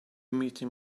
meeting